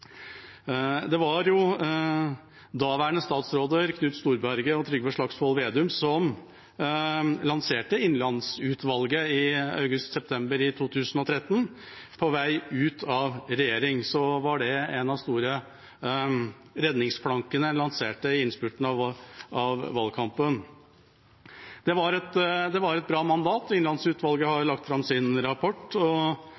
Det var daværende statsråder Knut Storberget og Trygve Slagsvold Vedum som lanserte Innlandsutvalget i august/september 2013, på vei ut av regjering. Det var en av de store redningsplankene en lanserte i innspurten av valgkampen. Det var et bra mandat. Innlandsutvalget har